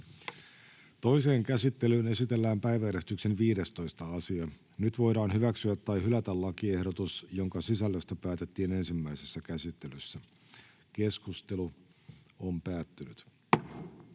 Toiseen käsittelyyn esitellään päiväjärjestyksen 16. asia. Nyt voidaan hyväksyä tai hylätä lakiehdotukset, joiden sisällöstä päätettiin ensimmäisessä käsittelyssä. — Keskustelu, edustaja